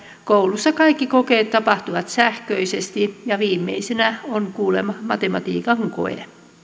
kouluissa kaikki kokeet tapahtuvat sähköisesti ja viimeisenä on kuulemma matematiikan koe